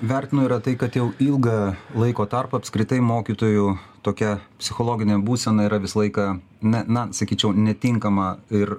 vertinu yra tai kad jau ilgą laiko tarpą apskritai mokytojų tokia psichologinė būsena yra visą laiką na na sakyčiau netinkama ir